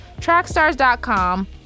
TrackStars.com